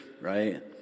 right